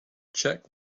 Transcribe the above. check